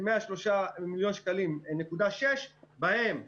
ו-103.6 מיליון שקלים בהם הקמנו,